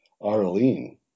Arlene